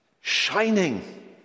shining